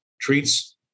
treats